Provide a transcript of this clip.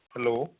hello